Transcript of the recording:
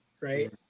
right